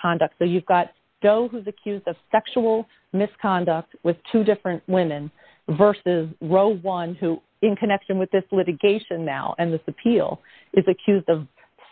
conduct so you've got those who is accused of sexual misconduct with two different women versus one who in connection with this litigation now and this appeal is accused of